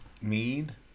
need